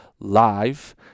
live